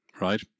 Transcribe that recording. right